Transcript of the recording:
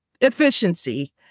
efficiency